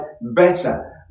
better